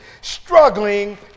struggling